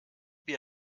wie